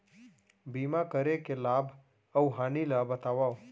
बीमा करे के लाभ अऊ हानि ला बतावव